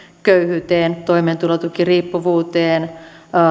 köyhyyteen toimeentulotukiriippuvuuteen